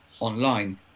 online